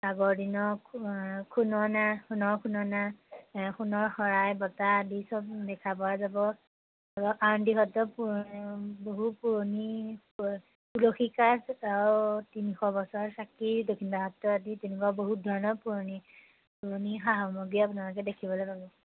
আগৰ দিনৰ খুন্দনা সোণৰ খুন্দনা সোণৰ শৰাই বটা আদি চব দেখা পোৱা যাব আৰু আউনীআটী সত্ৰত বহু পুৰণি তুলসী কাঠ আৰু তিনিশ বছৰ চাকি দক্ষিণপাট সত্ৰত আদি তেনেকুৱা বহুত ধৰণৰ পুৰণি পুৰণি সা সামগ্ৰী আপোনালোকে দেখিবলৈ পাব